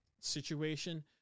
situation